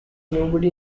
nobody